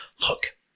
look